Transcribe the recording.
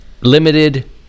limited